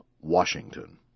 Washington